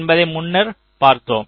என்பதை முன்னர் பார்த்தோம்